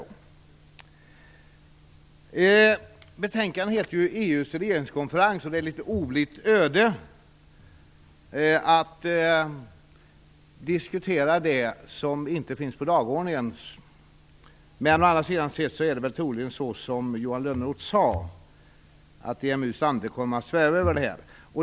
Betänkandet har titeln EU:s regeringskonferens, men ett oblitt öde gör att man i stället diskuterar sådant som inte finns på dess dagordning. Å andra sidan är det väl troligen så som Johan Lönnroth sade, att EMU:s ande kommer att sväva över detta.